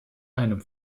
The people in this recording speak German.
einem